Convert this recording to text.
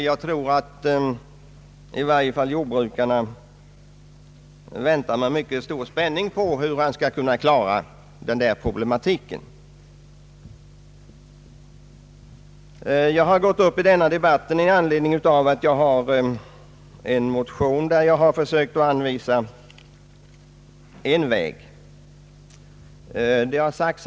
Jag tror att i varje fall jordbrukarna väntar med mycket stor spänning på hur han skall klara den problematiken. Jag har gått upp i denna debatt med anledning av att jag har väckt en motion, i vilken jag försökt anvisa en väg att lösa dessa problem.